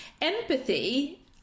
empathy